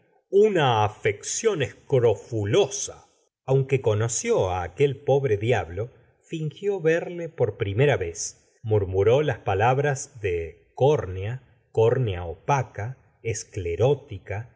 boticario una afección escrofulosal aunque conoció á aquel pobre diablo fingió verle por primera vez murmuró las palabras de cornea córnea opaca sclerótica